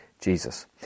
Jesus